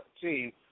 team